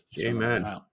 Amen